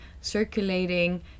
circulating